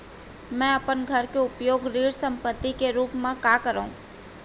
मै अपन घर के उपयोग ऋण संपार्श्विक के रूप मा करे हव